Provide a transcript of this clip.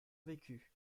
vécu